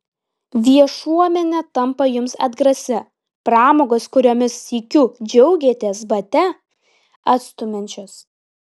viešuomenė tampa jums atgrasi pramogos kuriomis sykiu džiaugėtės bate atstumiančios